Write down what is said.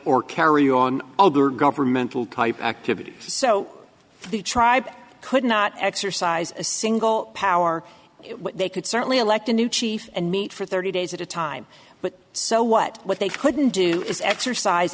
or carry on other governmental type activities so the tribe could not exercise a single power they could certainly elect a new chief and meet for thirty days at a time but so what what they couldn't do is exercise